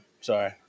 Sorry